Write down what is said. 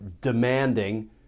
demanding